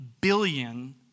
billion